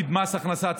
פקיד מס הכנסה,